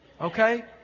okay